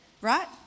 right